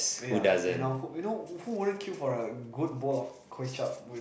yeah you know who you know who wouldn't kill for a good bowl of kway-zhap with